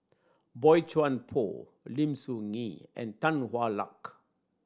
Boey Chuan Poh Lim Soo Ngee and Tan Hwa Luck